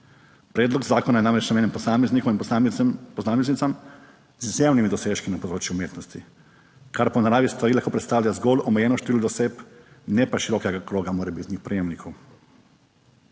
Predlog zakona je namreč namenjen posameznikom in posameznicam z izjemnimi dosežki na področju umetnosti, kar po naravi stvari lahko predstavlja zgolj omejeno število oseb ne pa širokega kroga morebitnih prejemnikov.